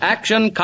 Action